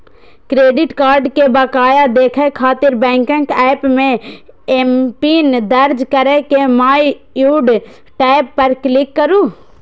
credit card के बकाया देखै खातिर बैंकक एप मे एमपिन दर्ज कैर के माइ ड्यू टैब पर क्लिक करू